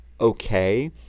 okay